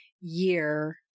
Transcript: year